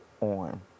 on